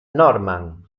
norman